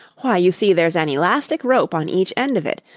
why, you see there's an elastic rope on each end of it,